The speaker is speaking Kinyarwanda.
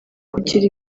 kugira